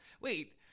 Wait